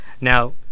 Now